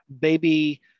baby